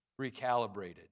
recalibrated